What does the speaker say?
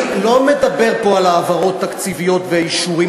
אני לא מדבר פה על העברות תקציביות ואישורים,